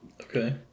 Okay